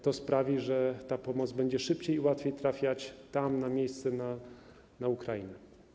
To sprawi, że pomoc będzie szybciej i łatwiej trafiać tam, na miejsce, na Ukrainę.